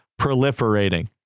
proliferating